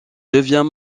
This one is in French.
devient